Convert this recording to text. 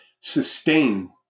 sustain